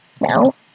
No